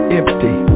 empty